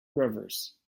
rivers